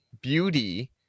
beauty